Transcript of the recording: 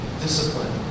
discipline